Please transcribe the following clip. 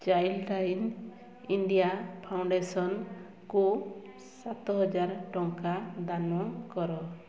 Childline India ଫାଉଣ୍ଡେସନ୍କୁ ସାତହଜାର ଟଙ୍କା ଦାନ କର